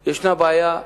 יש בעיה.